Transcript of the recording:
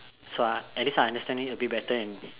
so I at least I understand it a bit better than